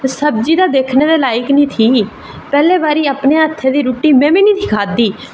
ते सब्जी ते खाने दी लोड़ निं ही ते पैह्ले बारी में बी अपने घरै च रुट्टी निं खाद्धी